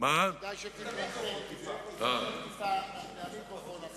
עדיף שתשמור מרחק מהמיקרופון.